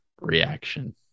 reaction